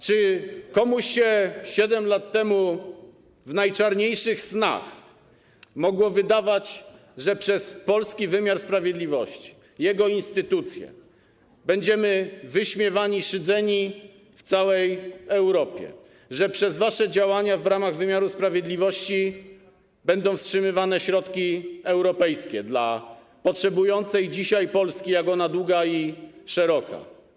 Czy ktokolwiek 7 lat temu w najczarniejszych snach mógł zobaczyć, że przez polski wymiar sprawiedliwości, jego instytucje, będziemy wyśmiewani i wyszydzani w całej Europie, że przez wasze działania podejmowane w ramach wymiaru sprawiedliwości będą wstrzymywane środki europejskie dla potrzebującej ich dzisiaj Polski, jak ona długa i szeroka?